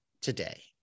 today